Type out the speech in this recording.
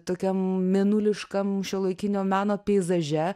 tokiam mėnuliškam šiuolaikinio meno peizaže